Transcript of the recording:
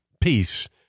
peace